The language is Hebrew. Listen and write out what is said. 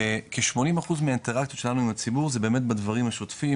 וכ-80% מהאינטרקציות שלנו עם הציבור זה באמת בדברים השוטפים,